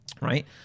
right